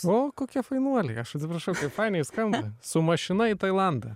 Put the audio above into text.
o kokie fainuoliai aš atsiprašau kaip fainiai skamba su mašina į tailandą